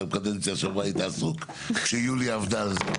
כי אתם קדנציה שעברה היית עסוק כשיוליה עבדה על זה.